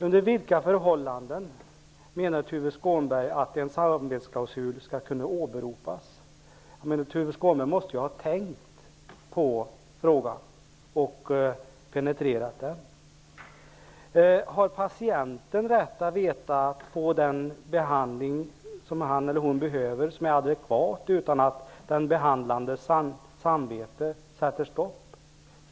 Under vilka förhållanden menar Tuve Skånberg att en samvetsklausul skall kunna åberopas? Tuve Skånberg måste ha tänkt på och penetrerat frågan. Har patienten rätt att veta att den behandling han får är adekvat och att inte den behandlandes samvete sätter stopp?